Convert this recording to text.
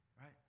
right